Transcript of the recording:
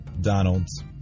Donald's